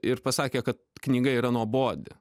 ir pasakė kad knyga yra nuobodi